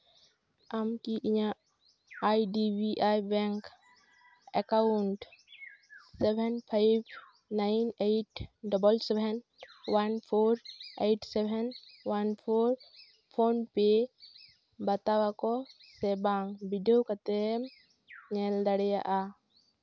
ᱟᱢ ᱠᱤ ᱤᱧᱟᱹᱜ I D B I bank account seven five nine eight double seven one four eight seven one four phone ᱯᱮ ᱵᱟᱛᱟᱣ ᱟᱠᱚ ᱥᱮ ᱵᱟᱝ ᱵᱤᱰᱟᱹᱣ ᱠᱟᱛᱮᱫ ᱧᱮᱞ ᱫᱟᱲᱮᱭᱟᱜᱼᱟ